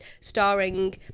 starring